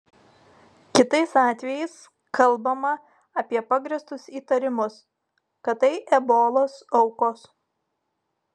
kitais atvejais kalbama apie pagrįstus įtarimus kad tai ebolos aukos